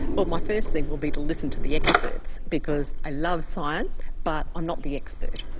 well, my first thing will be to listen to the experts because i love science, but i'm not the expert.